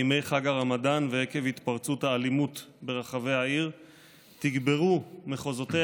בימי חג הרמדאן ועקב התפרצות האלימות ברחבי העיר תגברו מחוזותיה